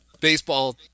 baseball